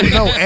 no